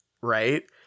Right